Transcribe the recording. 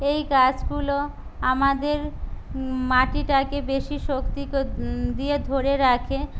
এই গাছগুলো আমাদের মাটিটাকে বেশি শক্তি কো দিয়ে ধরে রাখে